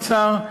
האוצר,